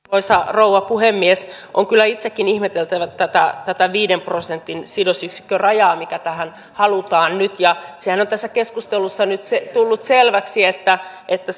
arvoisa rouva puhemies on kyllä itsekin ihmeteltävä tätä viiden prosentin sidosyksikkörajaa mikä tähän halutaan nyt sehän on tässä keskustelussa nyt tullut selväksi että että